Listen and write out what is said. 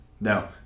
No